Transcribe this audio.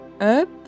up